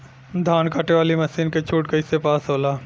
धान कांटेवाली मासिन के छूट कईसे पास होला?